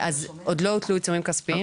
עוד לא הוטלו עיצומים כספיים.